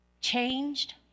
changed